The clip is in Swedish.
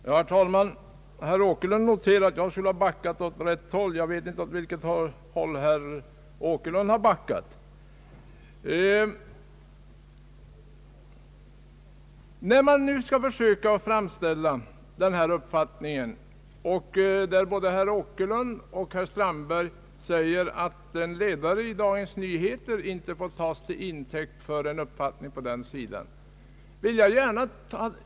Herr talman! Herr Åkerlund säger att jag har backat åt rätt håll, men jag vet inte åt vilket håll herr Åkerlund har backat. Både herr Åkerlund och herr Strandberg säger att en ledare i Dagens Ny heter inte får tas till intäkt för uppfattningen på den borgerliga sidan.